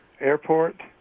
Airport